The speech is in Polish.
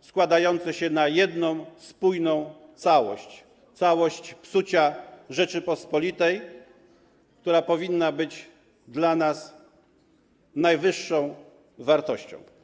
składające się na jedną spójną całość, całość psucia Rzeczypospolitej, która powinna być dla nas najwyższą wartością.